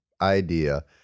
idea